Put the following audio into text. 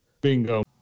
Bingo